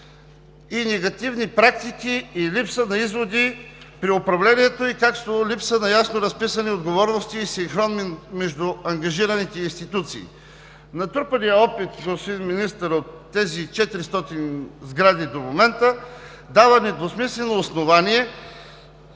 и негативни практики, липса на изводи при управлението и качеството, липса на ясно разписани отговорности и синхрон между ангажираните институции. Натрупаният опит, господин Министър, от тези 400 сгради до момента, дава недвусмислено основание